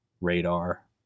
radar